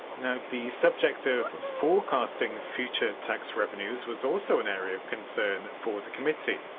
the subject of forecasting future tax revenues was also an area of concern for the committee.